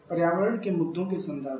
पर्यावरण के मुद्दों के संदर्भ में